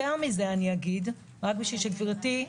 יותר מזה מלכה לייפר אזרחית.